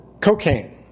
Cocaine